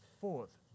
fourth